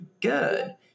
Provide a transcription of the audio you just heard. good